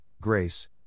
Grace